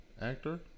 actor